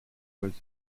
was